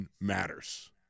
matters